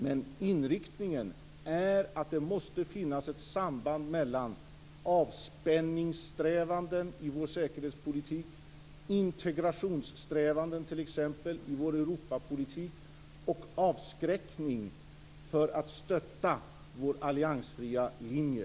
Men inriktningen är att det måste finnas ett samband mellan avspänningssträvanden i vår säkerhetspolitik, integrationssträvanden t.ex. i vår Europapolitik och avskräckning för att stötta vår alliansfria linje.